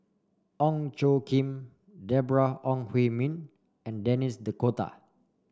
Ong Tjoe Kim Deborah Ong Hui Min and Denis D'Cotta